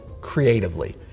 creatively